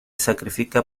sacrifica